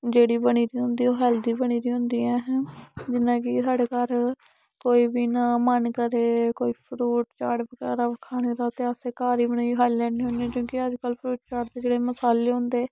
जेह्ड़ी बनी दी होंदी ओह् हैल्दी बनी दी होंदी ऐ जियां कि स्हाड़े घर कोई बी इयां मन करै कोई फ्रूट चाट बगैरा खाने दा ते असें घर ही बनाइयै खाई लैने हुन्ने क्योंकि अज्जकल जेह्ड़े फ्रूट चाट च जेह्ड़े मसाले होन्दे